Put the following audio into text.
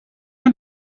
hemm